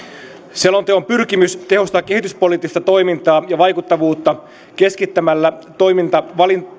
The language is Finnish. selonteon pyrkimys tehostaa kehityspoliittista toimintaa ja vaikuttavuutta keskittämällä toiminta